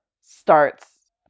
starts